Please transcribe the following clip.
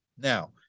Now